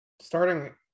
starting